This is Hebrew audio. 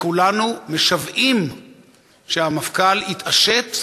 וכולנו משוועים שהמפכ"ל יתעשת,